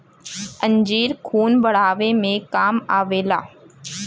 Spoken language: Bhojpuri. अंजीर खून बढ़ावे मे काम आवेला